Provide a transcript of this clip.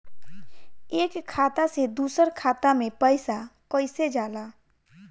एक खाता से दूसर खाता मे पैसा कईसे जाला?